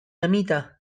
amita